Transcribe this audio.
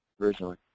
originally